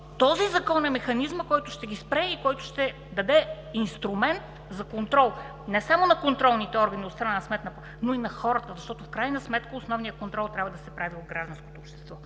този Закон е механизмът, който ще ги спре и ще даде инструмент за контрол не само на контролните органи от страна на Сметна палата, но и на хората. Защото в крайна сметка основният контрол трябва да се прави от гражданското общество.